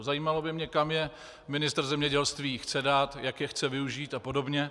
Zajímalo by mě, kam je ministr zemědělství chce dát, jak je chce využít apod.